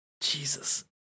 Jesus